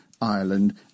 Ireland